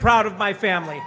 proud of my family